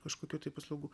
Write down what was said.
kažkokių tai paslaugų